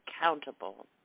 accountable